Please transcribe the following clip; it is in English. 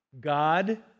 God